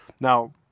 Now